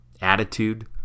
attitude